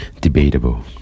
Debatable